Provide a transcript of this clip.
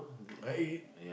I eat